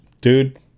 Dude